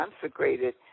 consecrated